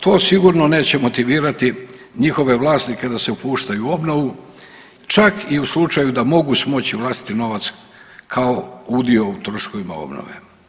To sigurno neće motivirati njihove vlasnike da se upuštaju u obnovu, čak i u slučaju da mogu smoći vlastiti novac kao udio u troškovima obnove.